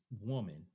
woman